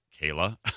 Kayla